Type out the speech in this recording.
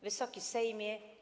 Wysoki Sejmie!